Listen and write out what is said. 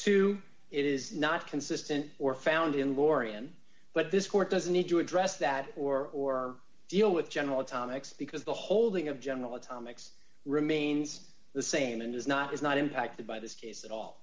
to it is not consistent or found in laurean but this court doesn't need to address that or or deal with general atomics because the holding of general atomics remains the same and is not is not impacted by this case at all